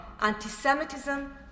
anti-Semitism